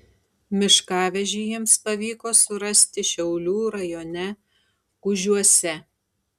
miškavežį jiems pavyko surasti šiaulių rajone kužiuose